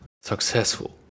successful